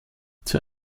zur